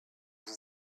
vous